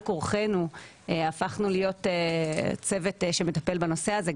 כורחנו הפכנו להיות צוות שמטפל בנושא הזה.